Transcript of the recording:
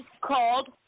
called